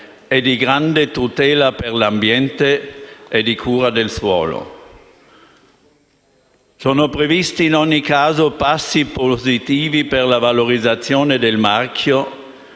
di grande tutela per l'ambiente e di cura del suolo. Sono previsti, in ogni caso, passi positivi per la valorizzazione del marchio